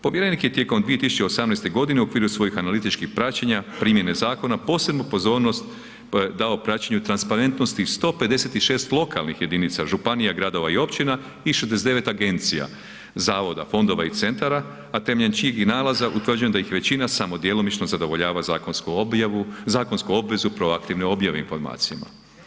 Povjerenik je tijekom 2018. godine u okviru svojih analitičkih praćenja, primjene zakona, posebnu pozornost dao praćenju transparentnosti 156 lokalnih jedinica, županija, gradova i općina i 69 agencija, zavoda, fondova i centara, a temeljem čijeg je nalaza utvrđena da ih većina samo djelomično zadovoljava zakonsku obvezu proaktivne objave informacijama.